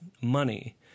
money